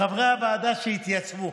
לחברי הוועדה שהתייצבו,